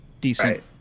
decent